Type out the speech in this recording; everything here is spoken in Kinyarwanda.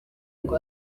ngo